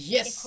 Yes